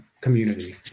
community